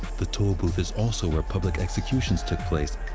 the tollbooth is also where public executions took place.